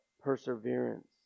perseverance